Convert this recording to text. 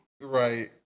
right